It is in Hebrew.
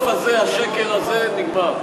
הבלוף הזה, השקר הזה נגמר.